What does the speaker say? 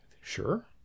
sure